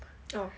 orh